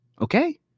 Okay